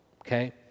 okay